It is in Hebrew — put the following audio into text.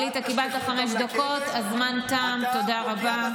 עלית, קיבלת חמש דקות, הזמן תם, תודה רבה.